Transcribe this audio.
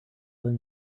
then